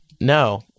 No